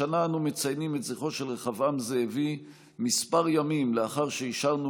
השנה אנו מציינים את זכרו של רחבעם זאבי מספר ימים לאחר שאישרנו